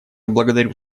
благодарю